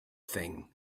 thing